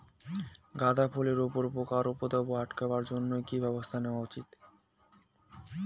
গাঁদা ফুলের উপরে পোকার উপদ্রব আটকেবার জইন্যে কি ব্যবস্থা নেওয়া উচিৎ?